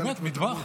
נכון, באמת, מטבח.